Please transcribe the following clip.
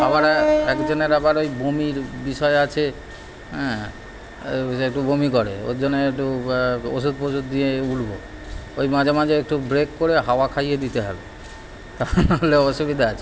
আবার একজনের আবার ওই বমির বিষয় আছে হ্যাঁ একটু বমি করে ওর জন্য একটু ওষুধ ফষুধ নিয়ে উঠব ওই মাঝে মাঝে একটু ব্রেক করে হাওয়া খাইয়ে দিতে হবে তা না হলে অসুবিধা আছে